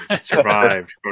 survived